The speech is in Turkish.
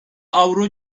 avro